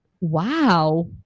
wow